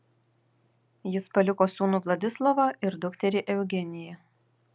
jis paliko sūnų vladislovą ir dukterį eugeniją